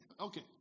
Okay